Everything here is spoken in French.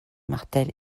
martel